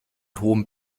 hohem